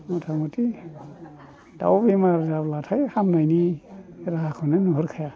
मथामथि दाउ बेमार जाब्लाथाय हामनायनि राहाखौनो नुहुरखाया